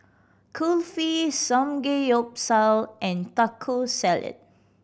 Kulfi Samgeyopsal and Taco Salad